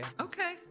Okay